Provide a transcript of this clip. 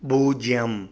பூஜ்ஜியம்